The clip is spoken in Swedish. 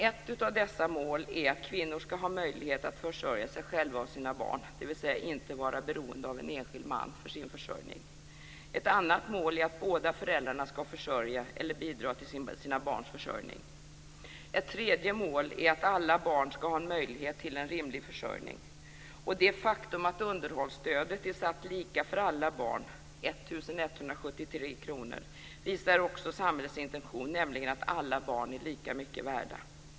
Ett av dessa mål är att kvinnor skall ha möjlighet att försörja sig själva och sina barn, dvs. inte vara beroende av en enskild man för sin försörjning. Ett annat mål är att båda föräldrarna skall försörja eller bidra till sina barns försörjning. Ett tredje mål är att alla barn skall ha en möjlighet till rimlig försörjning. Det faktum att underhållsstödet är satt lika för alla barn, 1 173 kr, visar också samhällets intention, nämligen att alla barn är lika mycket värda.